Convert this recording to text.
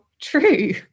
true